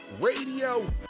radio